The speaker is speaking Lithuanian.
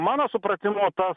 mano supratimu tas